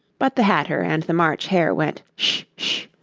but the hatter and the march hare went sh!